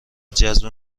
جذب